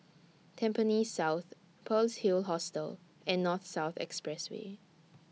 Tampines South Pearl's Hill Hostel and North South Expressway